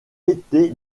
été